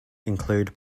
include